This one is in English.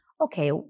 okay